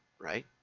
right